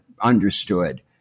understood